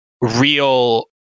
real